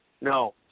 No